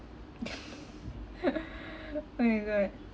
oh my god